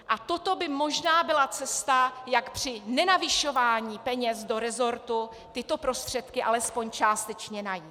A toto by možná byla cesta, jak při nenavyšování peněz do resortu tyto prostředky alespoň částečně najít.